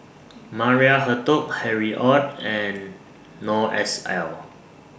Maria Hertogh Harry ORD and Noor S L